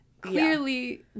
clearly